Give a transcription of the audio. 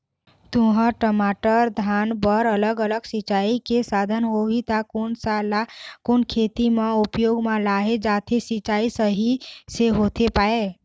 तुंहर, टमाटर, धान बर अलग अलग सिचाई के साधन होही ता कोन सा ला कोन खेती मा उपयोग मा लेहे जाथे, सिचाई सही से होथे पाए?